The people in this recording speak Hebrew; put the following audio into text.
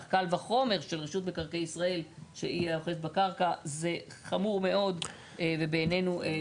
יבוא "התנאים יבוצעו ויקוימו בהקדם